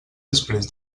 després